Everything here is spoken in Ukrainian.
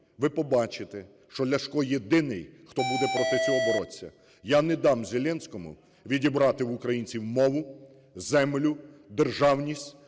ви побачите, що Ляшко - єдиний, хто буде проти цього боротися. Я не дам Зеленському відібрати в українців мову, землю, державність,